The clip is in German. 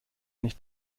nicht